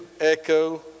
echo